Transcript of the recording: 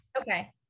Okay